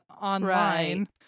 online